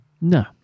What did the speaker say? No